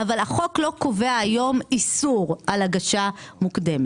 אבל החוק היום לא קובע איסור על הגשה מוקדמת.